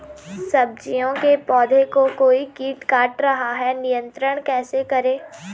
सब्जियों के पौधें को कोई कीट काट रहा है नियंत्रण कैसे करें?